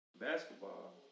Basketball